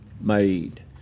made